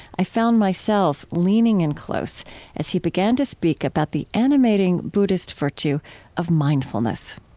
i found myself leaning in close as he began to speak about the animating buddhist virtue of mindfulness